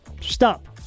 stop